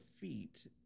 feet